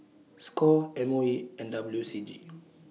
SCORE M O E and W C G